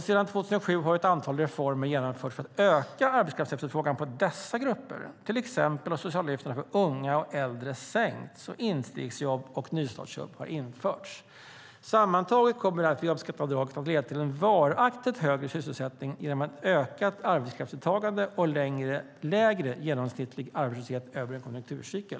Sedan 2007 har ett antal reformer genomförts för att öka arbetskraftsefterfrågan på dessa grupper. Till exempel har de sociala avgifterna för unga och äldre sänkts och instegsjobb och nystartsjobb införts. Sammantaget kommer därför jobbskatteavdraget att leda till en varaktigt högre sysselsättning genom ett ökat arbetskraftsdeltagande och en lägre genomsnittlig arbetslöshet över en konjunkturcykel.